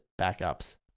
backups